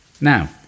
Now